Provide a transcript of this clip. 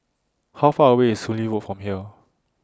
How Far away IS Soon Lee Road from here